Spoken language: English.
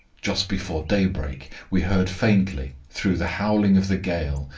just before daybreak we heard faintly, through the howling of the gale,